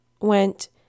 went